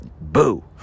boo